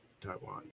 Taiwan